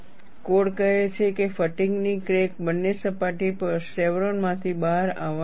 code કહે છે કે ફટીગની ક્રેક બંને સપાટી પર શેવરોન માંથી બહાર આવવાની છે